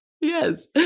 Yes